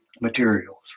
materials